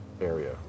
area